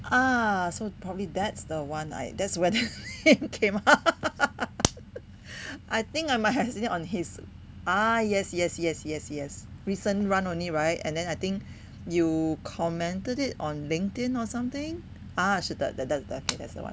ah so probably that's the one I that's where that name came up I think I might have seen it on his ah yes yes yes yes yes recent run only right and then I think you commented it on LinkedIn or something 啊是的